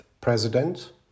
president